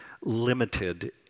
limited